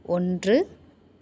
ஒன்று